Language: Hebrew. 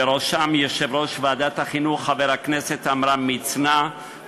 ובראשם יושב-ראש ועדת החינוך חבר הכנסת עמרם מצנע,